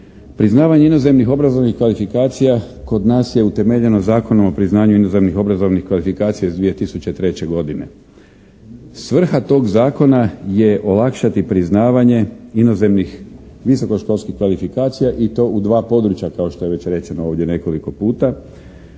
Priznavanje inozemnih obrazovnih kvalifikacija kod nas je utemeljeno Zakonom o priznanju inozemnih obrazovnih kvalifikacija iz 2003. godine. Svrha tog zakona je olakšati priznavanje inozemnih visokoškolskih kvalifikacija i to u dva područja kao što je već rečeno ovdje nekoliko puta.